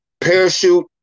parachute